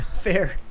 fair